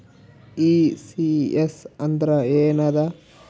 ECS ಅಂದ್ರ ಏನದ?